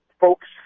folks